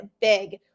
big